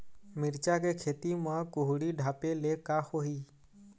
मिरचा के खेती म कुहड़ी ढापे ले का होही?